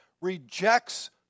rejects